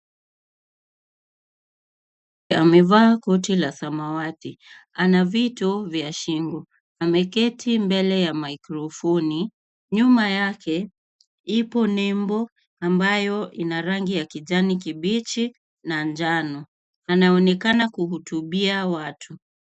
Amevaa koti la samawati. Ana vitu vya shingo. Ameketi mbele ya maikrofoni. Nyuma yake, ipo nembo ambayo ina rangi ya kijani kibichi na njano. Anaonekana kuhutubia watu.